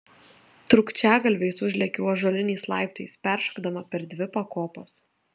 trūkčiagalviais užlėkiau ąžuoliniais laiptais peršokdama per dvi pakopas